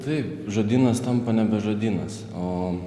taip žodynas tampa nebe žodynas o